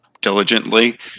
diligently